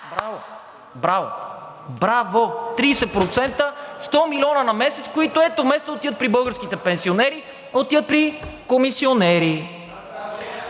Браво, браво – 30%, 100 милиона на месец, които, ето, вместо да отидат при българските пенсионери, отиват при комисионери.